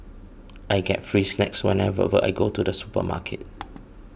I get free snacks whenever I go to the supermarket